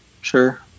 sure